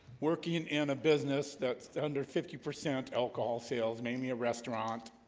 working in and a business. that's under fifty percent alcohol sales mainly a restaurant